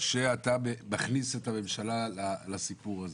שאתה מכניס את הממשלה לסיפור הזה,